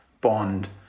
Bond